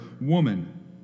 woman